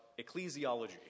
ecclesiology